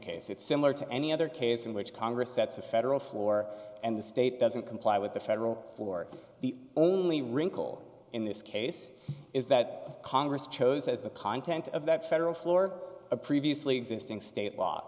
case it's similar to any other case in which congress sets a federal floor and the state doesn't comply with the federal floor the only wrinkle in this case is that congress chose as the content of that federal floor a previously existing state law